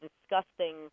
disgusting